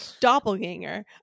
doppelganger